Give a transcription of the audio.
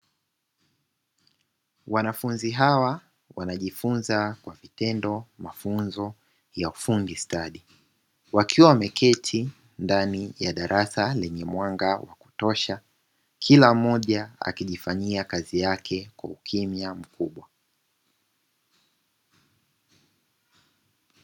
Wanafunzi hawa wanajifunza kwa vitendo mafunzo ya ufundi stadi, wakiwa wameketi ndani ya darasa lenye mwanga wa kutosha, kila mmoja akijifanyia kazi yake kwa ukimya mkubwa.